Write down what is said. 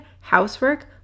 Housework